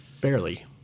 Barely